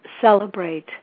celebrate